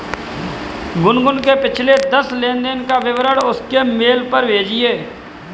गुनगुन के पिछले दस लेनदेन का विवरण उसके मेल पर भेजिये